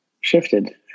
shifted